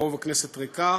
רוב הכנסת ריקה,